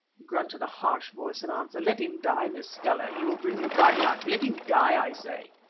grunted a harsh voice in answer let him die, miss stella. he will bring you bad luck let him die, i say.